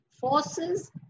forces